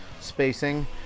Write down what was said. spacing